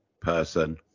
person